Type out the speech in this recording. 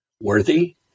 worthy